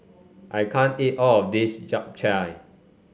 I can't eat all of this Japchae